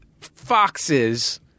foxes